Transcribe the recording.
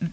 this